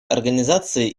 организации